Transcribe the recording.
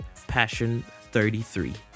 PASSION33